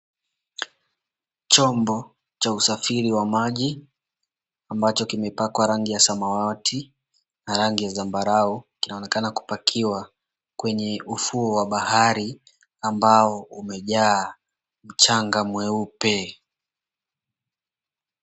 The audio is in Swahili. Chombo cha usafiri wa maji ambacho kimepakwa rangi ya samawati na rangi ya zambarau inaonekana kupakiwa kwenye ufuo wa bahari ambao umejaa mchanga mweupe.